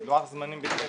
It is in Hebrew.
זה לוח זמנים בלתי אפשרי.